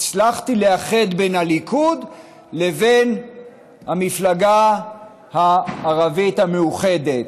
הצלחתי לאחד בין הליכוד לבין המפלגה הערבית המאוחדת.